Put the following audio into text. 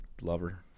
lover